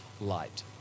light